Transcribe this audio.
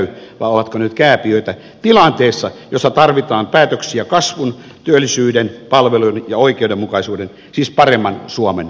vai ovatko ne nyt kääpiöitä tilanteessa jossa tarvitaan päätöksiä kasvun työllisyyden palvelujen ja oikeudenmukaisuuden siis paremman suomen puolesta